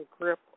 grip